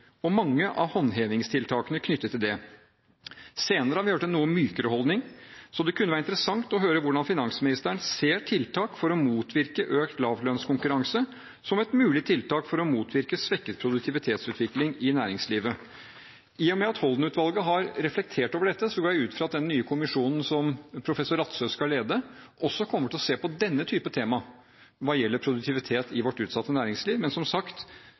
og mange av håndhevingstiltakene knyttet til det. Senere har vi hørt en noe mykere holdning, så det kunne være interessant å høre hvordan finansministeren ser på det å motvirke økt lavlønnskonkurranse som et mulig tiltak for å motvirke svekket produktivitetsutvikling i næringslivet. I og med at Holden-utvalget har reflektert over dette, går jeg ut fra at den nye kommisjonen som professor Rattsø skal lede, også kommer til å se på dette temaet, hva gjelder produktivitet i vårt utsatte næringsliv. Men som sagt,